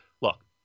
Look